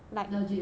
legit ah